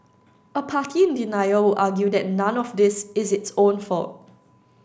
a party in denial would argue that none of this is its own fault